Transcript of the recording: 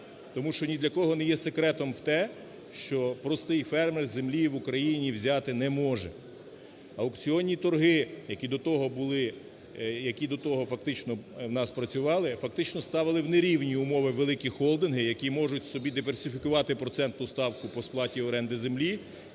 Тому що ні для кого не є секретом те, що простий фермер землі в Україні взяти не може. Аукціонні торги, які до того були... які до того фактично в нас працювали, фактично ставили в нерівні умови великі холдинги, які можуть собі диверсифікувати процентну ставку по сплати оренди землі